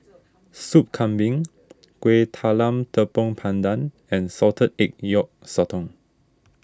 Soup Kambing Kueh Talam Tepong Pandan and Salted Egg Yolk Sotong